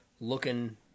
looking